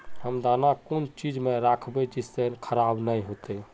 हम दाना कौन चीज में राखबे जिससे खराब नय होते?